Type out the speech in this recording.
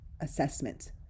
assessment